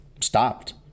stopped